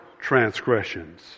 transgressions